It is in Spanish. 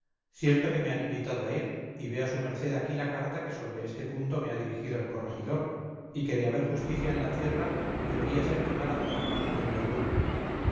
cierto que me han invitado para ir y vea su merced aquí la carta que sobre este punto me ha dirigido el corregidor y que de haber justicia en la tierra debería ser quemada por la mano del verdugo